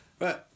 Right